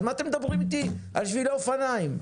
אז מה אתם מדברים איתי על שבילי אופניים?